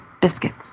Biscuits